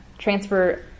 transfer